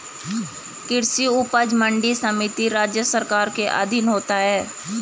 कृषि उपज मंडी समिति राज्य सरकारों के अधीन होता है